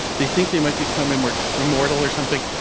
they think they might become immortal or immortal or something.